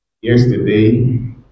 Yesterday